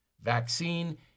Vaccine